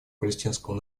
палестинского